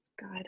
God